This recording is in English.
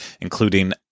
including